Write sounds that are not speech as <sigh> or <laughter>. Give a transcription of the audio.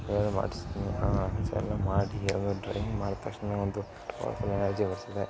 <unintelligible> ಮಾಡ್ಸಿದ್ದೀನಿ ಹಾಂ ಚೆನ್ನಾಗಿ ಮಾಡಿ ಅದು ಡ್ರಾಯಿಂಗ್ ಮಾಡಿದ ತಕ್ಷಣ ಒಂದು ಎನರ್ಜಿ ಬರ್ತದೆ